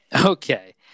okay